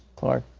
clark,